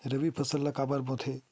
रबी के फसल ला काबर बोथे?